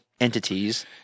entities